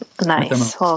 Nice